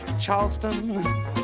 Charleston